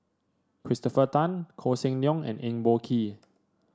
Christopher Tan Koh Seng Leong and Eng Boh Kee